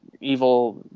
Evil